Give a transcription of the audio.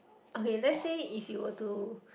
okay let's say if you were to